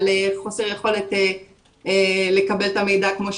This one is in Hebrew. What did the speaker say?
על חוסר יכולת לקבל את המידע כמו שצריך.